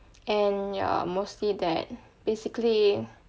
and ya mostly that basically